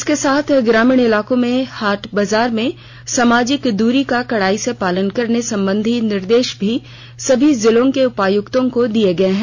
इसके साथ ग्रामीण इलाकों में हाट बाजार में सामाजिक दूरी का कड़ाई से पालन करने संबंधी निर्देश भी सभी जिलों के उपायुक्तों को दिए गए हैं